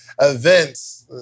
events